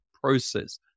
process